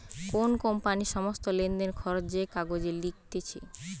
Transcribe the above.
কোন কোম্পানির সমস্ত লেনদেন, খরচ যে কাগজে লিখতিছে